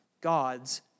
God's